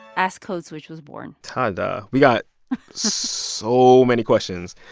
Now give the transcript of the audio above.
ask code switch was born ta-da. we got so many questions.